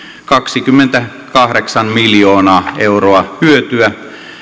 kaksikymmentäkahdeksan miljoonaa euroa hyötyä